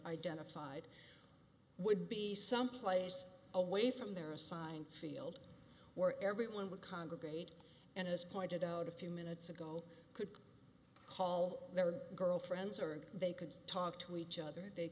identified would be some place away from their assigned field where everyone would congregate and as pointed out a few minutes ago could call their girlfriends or they could talk to each other that they